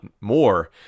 more